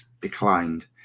declined